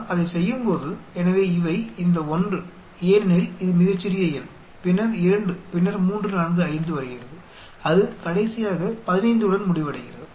நாம் அதைச் செய்யும்போது எனவே இவை இந்த 1 ஏனெனில் இது மிகச்சிறிய எண் பின்னர் 2 பின்னர் 3 4 5 வருகிறது அது கடைசியாக 15 உடன் முடிவடைகிறது